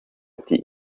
ati